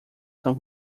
são